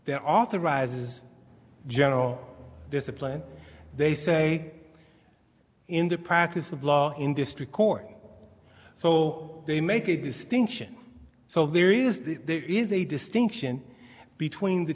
they're authorized as general discipline they say in the practice of law in district court so they make a distinction so there is there is a distinction between the